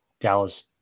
Dallas